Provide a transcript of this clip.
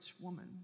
woman